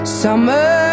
summer